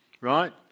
right